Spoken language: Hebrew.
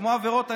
כמו עבירות הנשק,